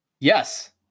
Yes